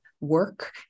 work